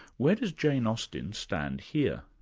where does jane austen stand here?